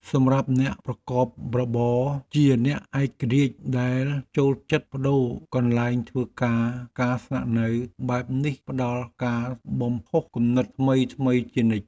សម្រាប់អ្នកប្រកបរបរជាអ្នកឯករាជ្យដែលចូលចិត្តប្ដូរកន្លែងធ្វើការការស្នាក់នៅបែបនេះផ្ដល់ការបំផុសគំនិតថ្មីៗជានិច្ច។